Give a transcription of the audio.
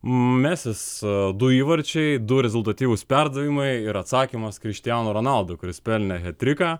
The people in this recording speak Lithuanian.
mesis du įvarčiai du rezultatyvūs perdavimai ir atsakymas chrištiano ronaldo kuris pelnė het triką